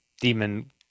demon